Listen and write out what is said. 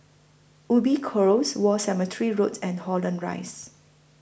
Ubi Close War Cemetery Road and Holland Rise